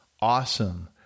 Awesome